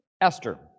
Esther